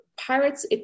pirates